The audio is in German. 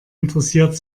interessiert